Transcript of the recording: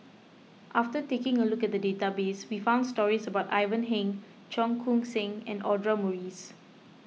after taking a look at the database we found stories about Ivan Heng Cheong Koon Seng and Audra Morrice